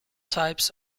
types